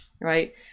right